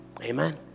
Amen